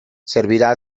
servirá